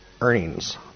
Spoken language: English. earnings